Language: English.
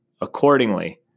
Accordingly